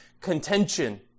contention